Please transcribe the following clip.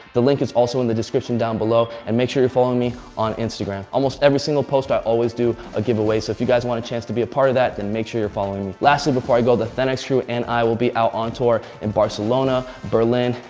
the link is also in the description down below. and make sure you're following me on instagram. almost every single post, i always do a giveaway. so if you guys want a chance to be a part of that, then make sure you're following me. lastly before i go, the thenx crew and i will be out on tour in barcelona, berlin,